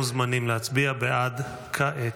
מוזמנים להצביע בעד כעת.